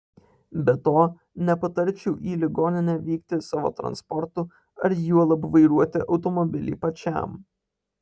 be to nepatarčiau į ligoninę vykti savo transportu ar juolab vairuoti automobilį pačiam